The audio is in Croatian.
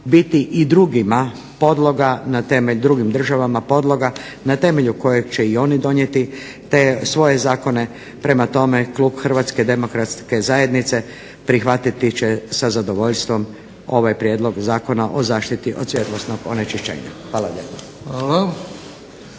biti i drugima podloga drugim državama podloga na temelju kojeg će i oni donijeti svoje zakone. Prema tome, klub HDZ-a prihvatiti će sa zadovoljstvom ovaj prijedlog Zakona o zaštiti od svjetlosnog onečišćenja. Hvala